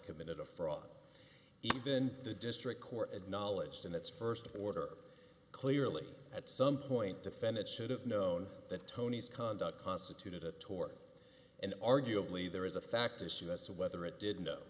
committed a fraud even the district court had knowledge in its st order clearly at some point defendant should have known that tony's conduct constituted a tort and arguably there is a fact issue as to whether it did no